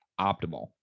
optimal